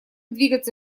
двигаться